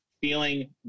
feeling